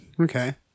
Okay